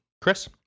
Chris